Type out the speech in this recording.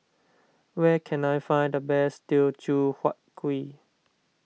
where can I find the best Teochew Huat Kuih